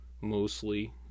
mostly